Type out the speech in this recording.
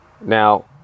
Now